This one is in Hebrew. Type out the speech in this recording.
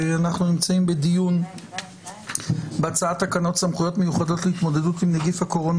אנחנו נמצאים בדיון בהצעת תקנות סמכויות מיוחדות להתמודדות עם נגיף הקורונה